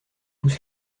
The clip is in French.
tous